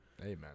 Amen